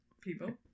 people